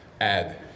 add